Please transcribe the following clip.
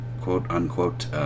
quote-unquote